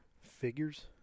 figures